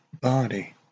body